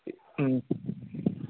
మ్మ్